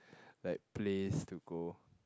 like place to go